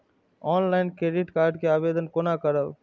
Online credit card के आवेदन कोना करब?